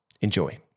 Enjoy